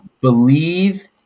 believe